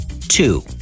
Two